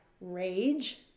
rage